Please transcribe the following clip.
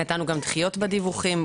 נתנו גם דחיות בדיווחים,